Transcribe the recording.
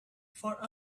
for